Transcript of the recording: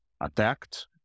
attacked